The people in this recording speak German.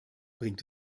bringt